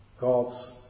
God's